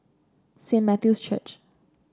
Saint Matthew's Church